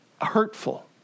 hurtful